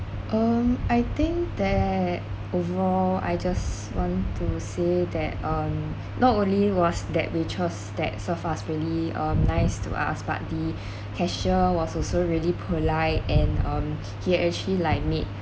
um I think that overall I just want to say that um not only was that we chose that so far it's really um nice to us but the cashier was also really polite and um he actually like made